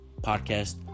podcast